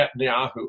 Netanyahu